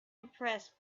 impressed